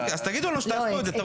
אוקי, אז תגידו לנו שתעשו את זה.